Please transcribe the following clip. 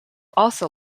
also